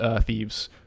thieves